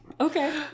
Okay